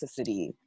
toxicity